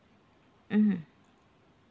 mmhmm